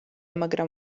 მაგრამ